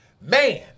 Man